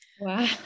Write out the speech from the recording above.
Wow